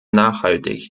nachhaltig